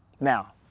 Now